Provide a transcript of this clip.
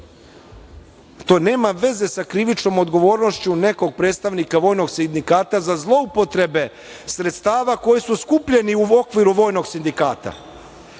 To nema veze sa krivičnom odgovornošću nekog predstavnika vojnog sindikata za zloupotrebe sredstava koji su skupljeni u okviru vojnog sindikata.